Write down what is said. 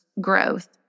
growth